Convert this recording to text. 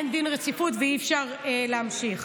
אין דין רציפות ואי-אפשר להמשיך.